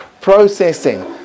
processing